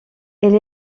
elle